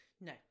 No